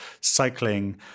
cycling